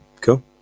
cool